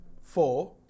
four